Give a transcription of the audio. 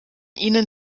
ihnen